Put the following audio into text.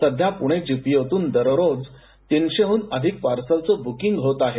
सध्या पुणे जीपीओतून दररोज तीनशेहून अधिक पार्सलचं बुकींग होतं आहे